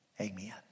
Amen